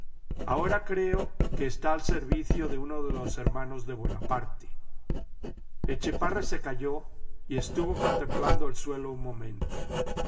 ahora creo que está al servicio de uno de los hermanos de bonaparte etchepare se calló y estuvo contemplando el suelo un momento